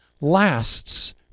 lasts